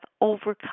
overcome